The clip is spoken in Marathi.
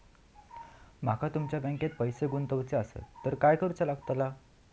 माका तुमच्या बँकेत पैसे गुंतवूचे आसत तर काय कारुचा लगतला?